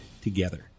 together